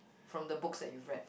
from the books that you've read